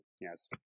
Yes